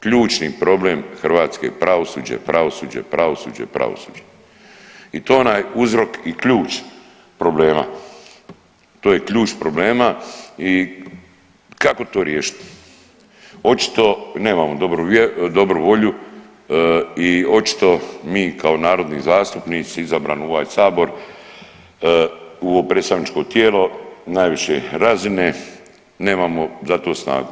Ključni problem Hrvatske je pravosuđe, pravosuđe, pravosuđe, pravosuđe i to je onaj uzrok i ključ problema, to je ključ problema i kako to riješiti, očito nemamo dobru volju i očito mi kao narodni zastupnici izabrani u ovaj sabor, u ovo predstavničko tijelo najviše razine nemamo za to snagu.